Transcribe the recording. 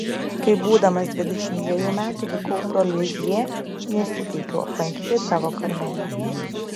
kai būdamas dvidešimt dvejų metų vykau pro lizjė nesiteikiau aplankyti tavo karmelio